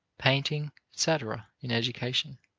painting, etc, in education.